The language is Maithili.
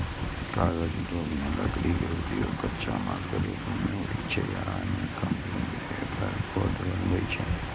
कागज उद्योग मे लकड़ी के उपयोग कच्चा माल के रूप मे होइ छै आ अनेक कंपनी पेपरबोर्ड बनबै छै